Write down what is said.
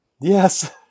Yes